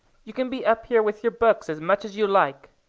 you can be up here with your books as much as you like,